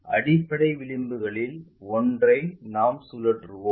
அடிப்படை விளிம்புகளில் ஒன்றை நாம் சுழற்றுவோம்